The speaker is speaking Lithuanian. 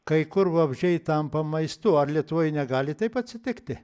kai kur vabzdžiai tampa maistu ar lietuvoj negali taip atsitikti